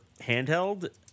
handheld